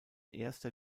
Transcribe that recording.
erster